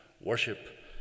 worship